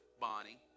Bonnie